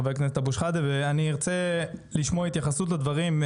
חבר הכנסת אבו שחאדה ואני ארצה לשמוע התייחסות לדברים,